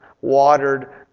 watered